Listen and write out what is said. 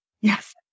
Yes